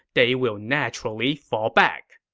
they will naturally fall back.